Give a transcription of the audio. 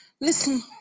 listen